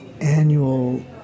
annual